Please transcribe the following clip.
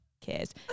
cares